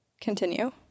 Continue